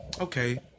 okay